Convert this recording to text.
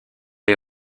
les